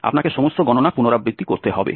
আপনাকে সমস্ত গণনা পুনরাবৃত্তি করতে হবে